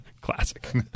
Classic